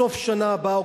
סוף שנה הבאה,